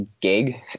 Gig